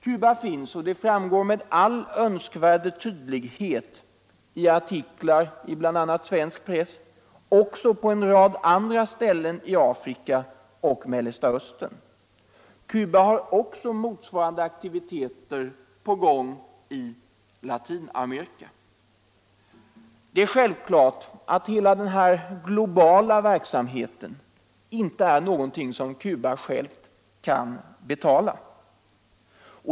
Cuba finns —- det har med all önskvärd tydlighet framgått av artiklar i bl.a. svensk press — också på en rad andra ställen i Afrika, Mellersta Östern och Latinamerika. Det är självklart att denna globala verksamhet inte är någonting som Cuba självt kan betala.